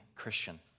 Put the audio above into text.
Christian